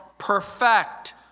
Perfect